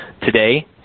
today